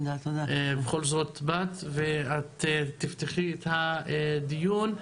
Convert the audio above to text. בכל זאת באת ואת תפתחי את הדיון.